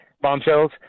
Bombshells